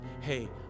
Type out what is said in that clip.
hey